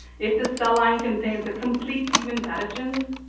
if the cell line contains a complete human pathogens,